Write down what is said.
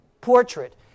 portrait